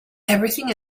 everything